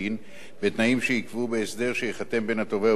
בתנאים שייקבעו בהסדר שייחתם בין התובע ובין החשוד.